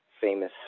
famous